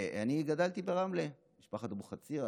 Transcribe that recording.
אני גדלתי ברמלה, משפחת אבוחצירא.